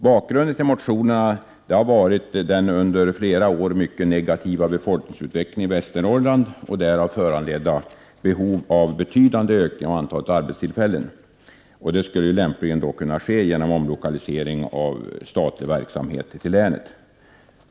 Bakgrunden till motionerna har varit den under flera år mycket negativa befolkningsutvecklingen i Västernorrland och därav föranledda behov av betydande ökning av antalet arbetstillfällen. Detta skulle lämpligen kunna tillgodoses genom omlokalisering av statlig verksamhet i länet.